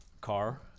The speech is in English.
car